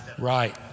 Right